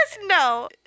No